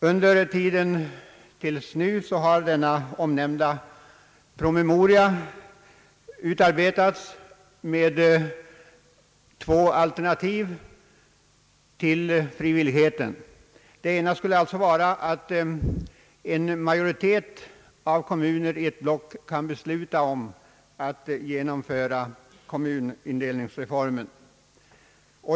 34 Under tiden har den omnämnda promemorian utarbetats med två alternativ till ett frivilligt genomförande av reformen. Det ena alternativet skulle vara att en majoritet av kommuner i ett block kunde besluta om att genomföra kommunindelningsreformen.